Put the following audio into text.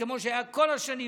כמו שהיה בכל השנים,